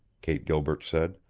kate gilbert said.